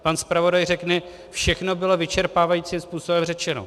Pan zpravodaj řekne, všechno bylo vyčerpávajícím způsobem řečeno.